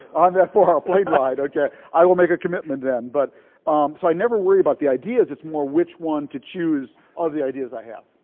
on that four hour plane ride. okay? i will make a commitment then. but so i never worry about the ideas. it's more which one to choose of the ideas i have.